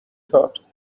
thought